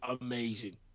amazing